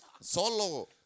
solo